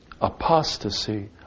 apostasy